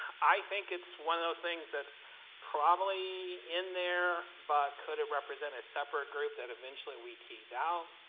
i think it's one of those things that's probably in there, but could it represent a separate group that eventually we tease out?